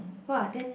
!wah! then